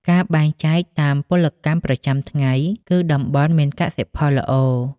ការបែងចែកតាមពលកម្មប្រចាំថ្ងៃ គឺតំបន់មានកសិផលល្អ។